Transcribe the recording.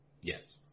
Yes